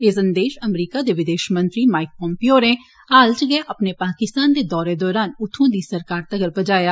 एह् संदेश अमरीका दे विदेशमंत्री माइक पाम्पियो होरें हाल च गै अपने पाकिस्तान दे दौरे दौरान उत्थुआं दी सरकार तगर पजाया